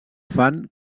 fan